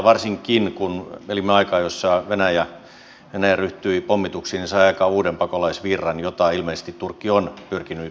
varsinkin se oli vaikea silloin kun elimme aikaa jolloin venäjä ryhtyi pommituksiin ja sai aikaan uuden pakolaisvirran jota ilmeisesti turkki on pyrkinyt hillitsemään